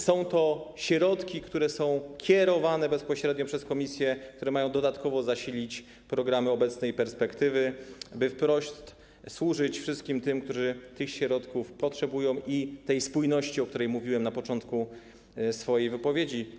Są to środki, które są kierowane bezpośrednio przez Komisję, a które mają dodatkowo zasilić programy obecnej perspektywy, by wprost służyć wszystkim tym, którzy potrzebują tych środków i tej spójności, o której mówiłem na początku swojej wypowiedzi.